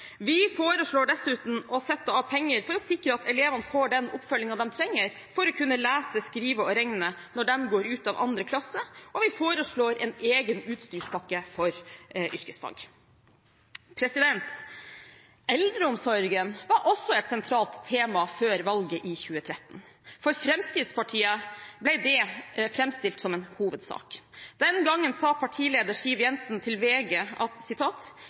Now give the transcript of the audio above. Vi foreslår dessuten å sette av penger for å sikre at elevene får den oppfølgingen de trenger for å kunne lese, skrive og regne når de går ut av andre klasse, og vi foreslår en egen utstyrspakke for yrkesfag. Eldreomsorgen var også et sentralt tema før valget i 2013. For Fremskrittspartiet ble det framstilt som en hovedsak. Den gangen sa partileder Siv Jensen til VG: